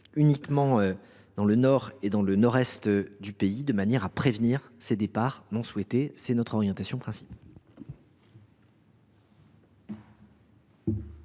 uniquement dans le nord et le nord est du pays, de manière à prévenir ces départs non souhaités. Telle est notre orientation principale.